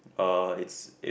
uh it's it